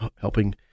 helping